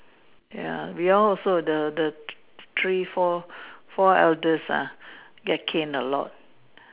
ya we all also the the three four four elders ah get caned a lot